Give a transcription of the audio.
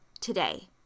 today